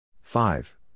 five